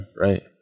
right